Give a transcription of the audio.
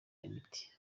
imiti